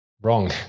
wrong